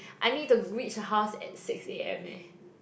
I need to reach her house at six a_m eh